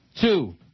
Two